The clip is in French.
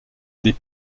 des